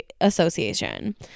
Association